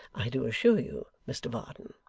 i do assure you, mr varden